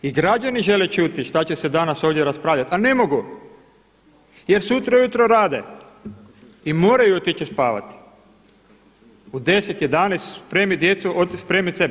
I građani žele čuti šta će se danas ovdje raspravljati a ne mogu jer sutra ujutro rade i moraju otići spavati u 10, 11, spremit djecu, spremit sebe.